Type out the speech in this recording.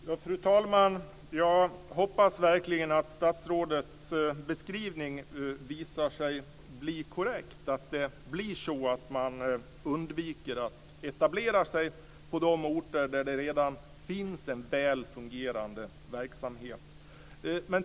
Fru talman! Jag hoppas verkligen att statsrådets beskrivning visar sig vara korrekt och att man undviker att etablera sig på de orter där det redan finns en väl fungerande verksamhet.